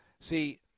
See